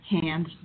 Hands